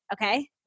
Okay